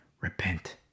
repent